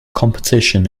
competition